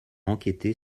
enquêter